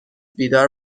بیدار